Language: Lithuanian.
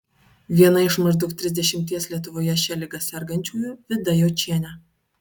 viena iš maždaug trisdešimties lietuvoje šia liga sergančiųjų vida jočienė